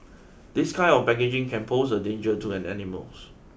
this kind of packaging can pose a danger to an animals